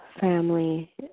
family